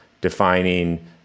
defining